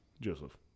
Joseph